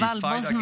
עם זאת,